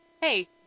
hey